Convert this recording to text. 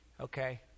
okay